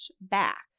back